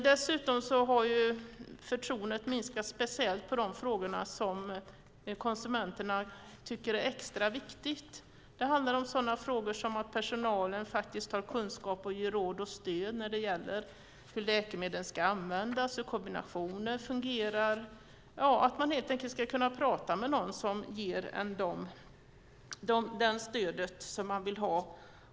Särskilt har förtroendet minskat på områden som konsumenterna tycker är extra viktiga, som att personalen har kunskap och kan ge råd och stöd om hur läkemedlen ska användas och hur kombinationer fungerar, att man helt enkelt ska kunna tala med någon som kan ge det stöd man vill ha.